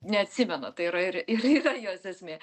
neatsimena tai yra ir ir yra jos esmė